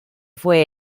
fue